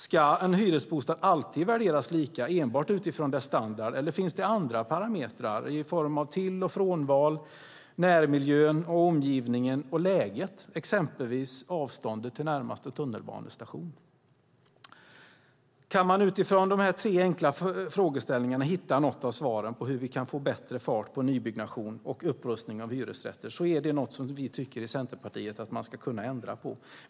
Ska hyresbostäder alltid värderas lika, enbart utifrån deras standard, eller finns det andra parametrar i form av till och frånval, närmiljön, omgivningen och läget, exempelvis avståndet till närmaste tunnelbanestation? Kan man utifrån de här tre enkla frågeställningarna hitta något av svaren på hur vi kan få bättre fart på nybyggnation och upprustning av hyresrätter visar det på något som vi i Centerpartiet tycker att man ska kunna ändra på.